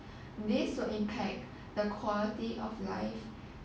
this will impact the quality of life